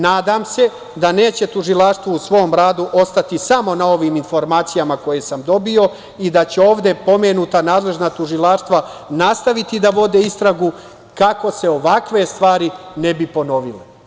Nadam se da neće tužilaštvo u svom radu ostati samo na ovim informacijama koje sam dobio i da će ovde pomenuta nadležna tužilaštva nastaviti da vode istragu kako se ovakve stvari ne bi ponovile.